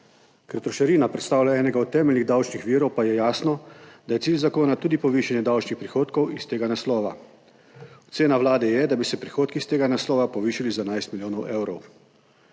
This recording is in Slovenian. Ker trošarina predstavlja enega od temeljnih davčnih virov, pa je jasno, da je cilj zakona tudi povišanje davčnih prihodkov iz tega naslova. Ocena Vlade je, da bi se prihodki iz tega naslova povišali za 11 milijonov evrov.